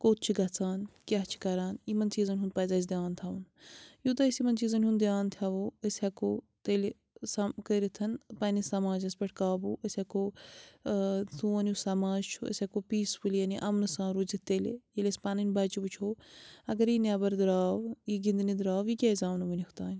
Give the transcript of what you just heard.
کوٚت چھِ گژھان کیٛاہ چھِ کَران یِمَن چیٖزَن ہُنٛد پَزِ اسہِ دھیٛان تھاوُن یوٗتاہ أسۍ یِمَن چیٖزَن ہُنٛد دھیٛان تھاوو أسۍ ہیٚکو تیٚلہِ سم کٔرِتھ پننِس سماجَس پٮ۪ٹھ قابوٗ أسۍ ہیٚکو ٲں سون یُس سماج چھُ أسۍ ہیٚکو پیٖسفُلی یعنی اَمنٕ سان روٗزِتھ تیٚلہِ ییٚلہِ أسۍ پَنٕنۍ بَچہٕ وُچھو اگرٔے یہِ نیٚبَر درٛاو یہِ گِنٛدنہِ درٛاو یہِ کیٛازِ آو نہٕ وُنیٛک تانۍ